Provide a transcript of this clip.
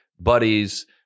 buddies